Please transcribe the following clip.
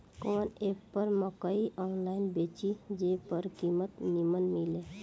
कवन एप पर मकई आनलाइन बेची जे पर कीमत नीमन मिले?